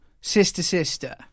sister-sister